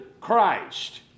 Christ